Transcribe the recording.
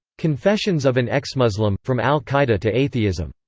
confessions of an exmuslim from al qaeda to atheism.